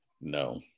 no